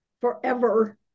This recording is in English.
forever